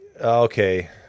Okay